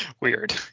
Weird